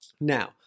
Now-